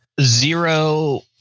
Zero